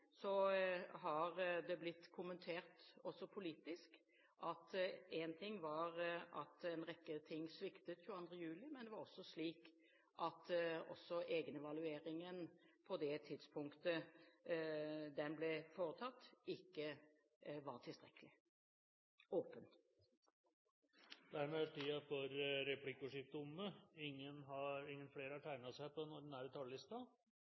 har det blitt kommentert – også politisk. Én ting var at en rekke ting sviktet 22. juli, men det var også slik at egenevalueringen på det tidspunktet den ble foretatt, ikke var tilstrekkelig åpen. Replikkordskiftet er